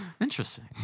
interesting